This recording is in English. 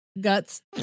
guts